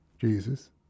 Jesus